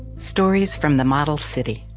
stories from the model city